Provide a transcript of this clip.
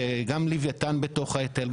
שגם לוויתן בתוך ההיטל,